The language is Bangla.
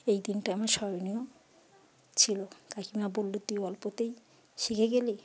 এই দিনটা আমার স্মরণীয় ছিল কাকিমা বললো তুই অল্পতেই শিখে গেলি